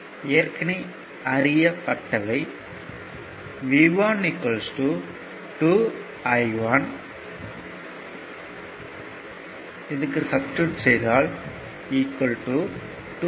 ஏற்கனவே அறியப்பட்டவை V1 2 I1 2 1